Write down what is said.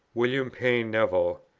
william paine neville,